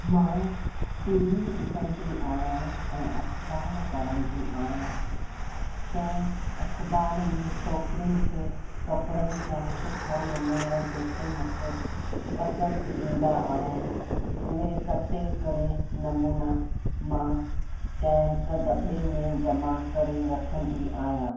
मां T V ॾिसंदी आहियां ऐं अख़बार पढ़ंदी आहियां त अख़बार में छोकिरियुनि खे कपिड़नि जा सुठा नमूना जेके मूंखे पसंदि ईंदा आहिनि उहे कटे करे नमूना मां कंहिं हिक दॿे में जमा करे रखंदी आहियां